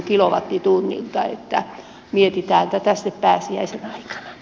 mietitään tätä sitten pääsiäisen aikana